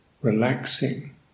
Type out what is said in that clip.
relaxing